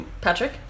Patrick